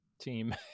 team